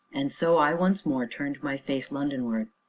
and so i, once more, turned my face london-wards.